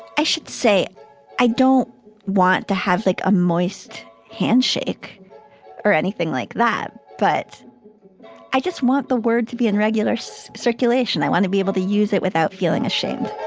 i should say i don't want to have like a moist handshake or anything like that, but i just want the word to be in regular so circulation. i want to be able to use it without feeling ashamed